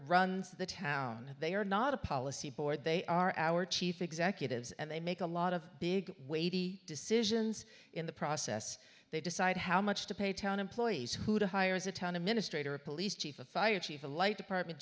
runs the town they are not a policy board they are our chief executives and they make a lot of big weighty decisions in the process they decide how much to pay town employees who to hire as a town a minist